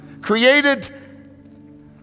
created